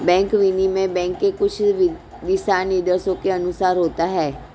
bank विनिमय bank के कुछ दिशानिर्देशों के अनुसार होता है